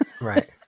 Right